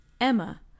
Emma